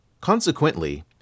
Consequently